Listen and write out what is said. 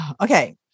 okay